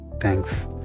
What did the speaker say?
Thanks